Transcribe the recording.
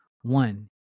One